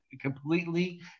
completely